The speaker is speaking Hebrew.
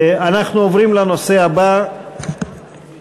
אנחנו עוברים לנושא הבא בסדר-היום.